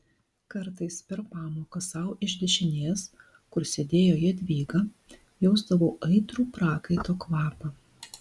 kartais per pamoką sau iš dešinės kur sėdėjo jadvyga jausdavau aitrų prakaito kvapą